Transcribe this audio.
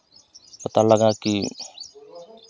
पता लगा कि